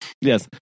yes